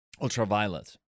Ultraviolet